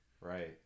Right